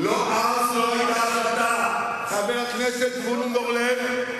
אז לא היתה החלטה, חבר הכנסת זבולון אורלב.